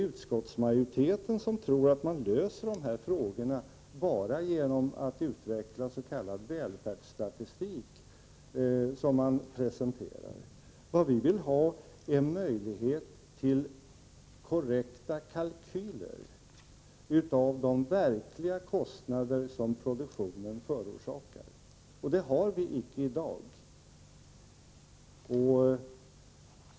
Utskottsmajoriteten tror att man löser dessa frågor bara genom att utveckla s.k. välfärdsstatistik. Vad vi vill ha är en möjlighet till korrekta kalkyler av de verkliga kostnader som produktionen förorsakar. Det har vi inte i dag.